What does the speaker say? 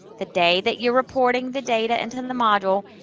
the day that you're reporting the data into the module,